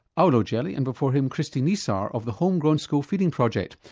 allo gelli, and before him kristie neeser of the home grown school feeding project.